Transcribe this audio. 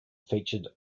featured